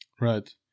Right